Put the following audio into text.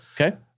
Okay